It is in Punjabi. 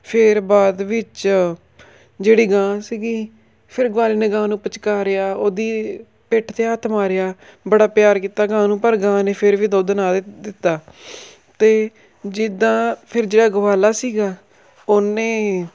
ਫਿਰ ਬਾਅਦ ਵਿੱਚ ਜਿਹੜੀ ਗਾਂ ਸੀਗੀ ਫਿਰ ਗਵਾਲੇ ਨੇ ਗਾਂ ਨੂੰ ਪੁਚਕਾਰਿਆਂ ਉਹਦੀ ਪਿੱਠ 'ਤੇ ਹੱਥ ਮਾਰਿਆ ਬੜਾ ਪਿਆਰ ਕੀਤਾ ਗਾਂ ਨੂੰ ਪਰ ਗਾਂ ਨੇ ਫਿਰ ਵੀ ਦੁੱਧ ਨਾ ਦਿੱਤਾ ਤਾਂ ਜਿੱਦਾਂ ਫਿਰ ਜਿਹੜਾ ਗਵਾਲਾ ਸੀਗਾ ਉਹਨੇ